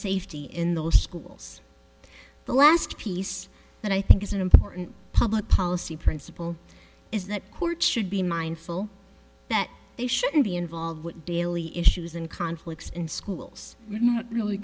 safety in those schools the last piece that i think is an important public policy principle is that courts should be mindful that they shouldn't be involved with daily issues and conflicts in schools not really